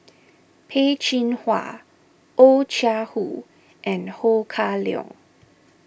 Peh Chin Hua Oh Chai Hoo and Ho Kah Leong